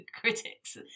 critic's